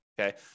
okay